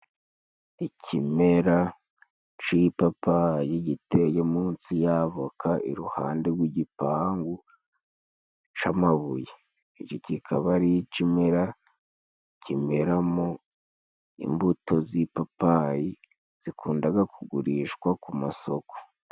ikimera cy'ipapayi giteye munsi y'avoka, iruhande rw'igipangu cy'amabuye. Iki kikaba ari ikimera kimeramo imbuto z'ipapayi zikunda kugurishwa ku masoko.